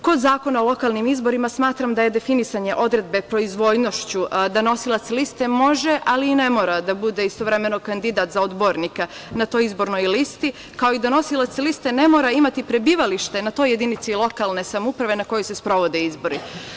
Kod Zakona o lokalnim izborima smatram da je definisanje odredbe – proizvoljnošću, da nosilac može, ali i ne mora da bude istovremeno kandidat odbornika na toj izbornoj listi, kao i da nosilac liste ne mora imati prebivalište na toj jedini lokalne samouprave na kojoj se sprovode izbori.